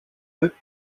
eux